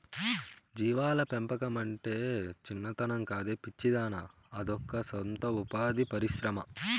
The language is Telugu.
జీవాల పెంపకమంటే చిన్నతనం కాదే పిచ్చిదానా అదొక సొయం ఉపాధి పరిశ్రమ